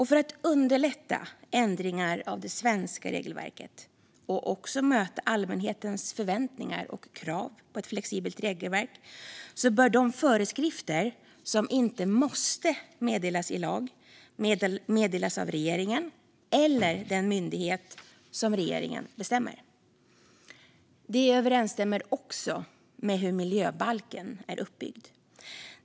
För att underlätta ändringar av det svenska regelverket och även möta allmänhetens förväntningar och krav på ett flexibelt regelverk bör de föreskrifter som inte måste meddelas i lag meddelas av regeringen eller den myndighet som regeringen bestämmer. Detta överensstämmer också med hur miljöbalken är uppbyggd.